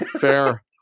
Fair